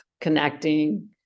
connecting